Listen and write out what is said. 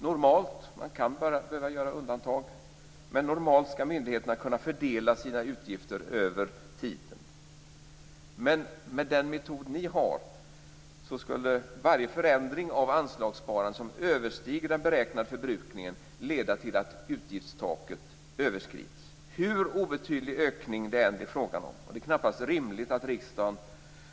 Normalt - man kan behöva göra undantag - skall myndigheterna kunna fördela sina utgifter över tiden. Men med er metod skulle varje förändring av anslagssparandet som överstiger den beräknade förbrukningen leda till att utgiftstaket överskrids, hur obetydlig ökning det än är fråga om. Det är knappast rimligt att riksdagen